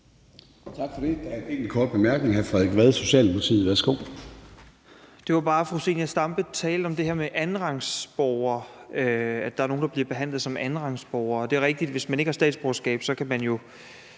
Tak for det. Der er en enkelt kort bemærkning. Hr. Frederik Vad, Socialdemokratiet. Værsgo.